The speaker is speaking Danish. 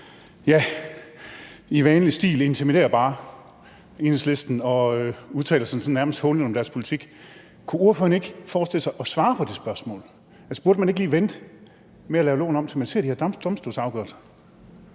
gang. I vanlig stil intimiderer ordføreren bare Enhedslisten og udtaler sig nærmest hånligt om deres politik. Kunne ordføreren ikke forestille sig at svare på spørgsmålet? Altså, burde man ikke lige vente med at lave loven om, til man ser de her domstolsafgørelser?